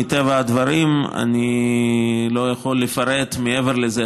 מטבע הדברים אני לא יכול לפרט מעבר לזה,